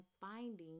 finding